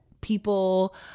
people